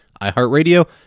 iHeartRadio